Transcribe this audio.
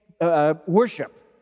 worship